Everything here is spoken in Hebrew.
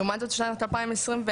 לעומת זאת בשנת 2024,